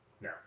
No